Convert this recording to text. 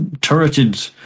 turreted